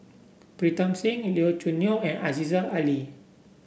Pritam Singh Lee Choo Neo and Aziza Ali